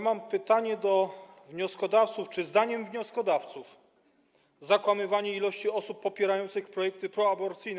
Mam pytanie do wnioskodawców: Czy zdaniem wnioskodawców zakłamywanie ilości osób popierających projekty proaborcyjne.